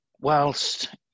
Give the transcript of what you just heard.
whilst